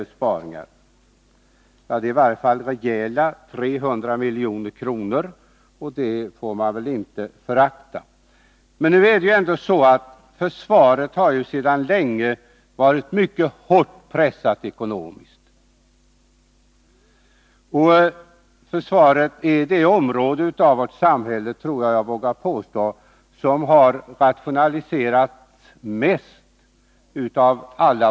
Men det rör sig i varje fall om rejäla 300 miljoner, och det får man väl inte förakta. Man måste också ta hänsyn till att försvaret sedan länge varit ekonomiskt mycket hårt pressat. Jag vågar påstå att försvaret är den sektor inom vårt samhälle som har rationaliserat mest.